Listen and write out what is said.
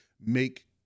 make